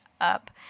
up